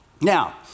Now